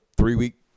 three-week